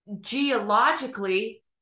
geologically